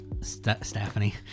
stephanie